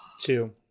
Two